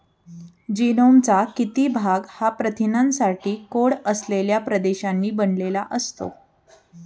जीनोमचा किती भाग हा प्रथिनांसाठी कोड असलेल्या प्रदेशांनी बनलेला असतो?